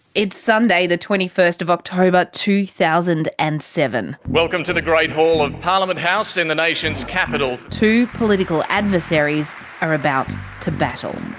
it's sunday, the twenty first of october, two thousand and seven. welcome to the great hall of parliament house in the nation's capital. two political adversaries are about to battle.